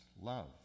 Love